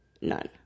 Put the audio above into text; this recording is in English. none